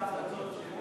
את ההחלטות,